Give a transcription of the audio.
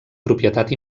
propietat